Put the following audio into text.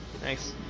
Thanks